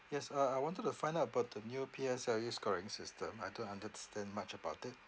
yes uh I wanted to find out about the new P_S_L_E scoring system I don't understand much about it